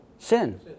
Sin